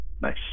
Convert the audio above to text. Nice